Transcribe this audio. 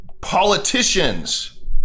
politicians